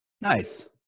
Nice